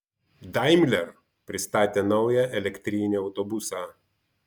daimler pristatė naują elektrinį autobusą